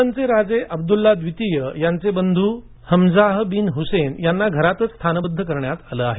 जॉर्डनचे राजे अब्दुल्ला द्वितीय यांचे बधू हमझाह बिन हुसैन यांना घरातच स्थानबद्द करण्यात आलं आहे